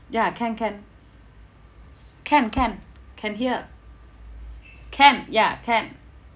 ya can can can can can hear can ya can